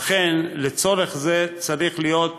לצורך זה צריכה להיות